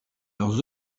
leurs